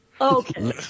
Okay